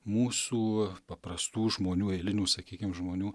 mūsų paprastų žmonių eilinių sakykim žmonių